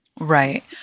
Right